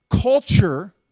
culture